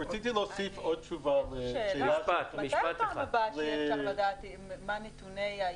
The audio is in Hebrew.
מתי נדע נתוני עישון?